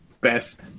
best